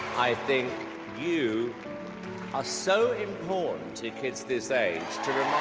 i think you are so important to kids this age to